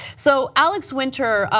so alex winter,